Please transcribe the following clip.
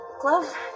glove